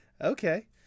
Okay